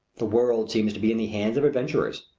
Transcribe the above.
the world seems to be in the hands of adventurers.